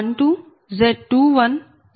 0 Z12V16 వస్తుంది